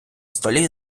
столі